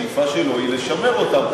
השאיפה שלו היא לשמר אותם.